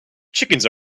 chickens